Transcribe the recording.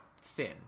thin